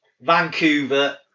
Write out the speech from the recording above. Vancouver